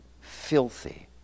filthy